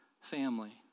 family